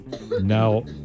Now